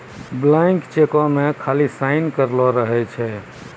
blank चेको मे खाली साइन करलो रहै छै